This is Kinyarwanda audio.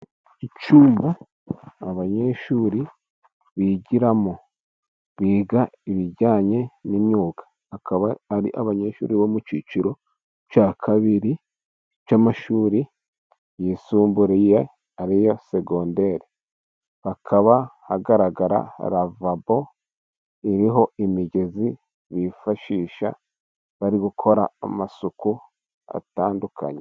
Icyumba abanyeshuri bigiramo biga ibijyanye n'imyuga, akaba ari abanyeshuri bo mu cyiciro cya kabiri cy'amashuri yisumbuye ariyo ya segondere, hakaba hagaragara lavabo iriho imigezi bifashisha bari gukora amasuku atandukanye.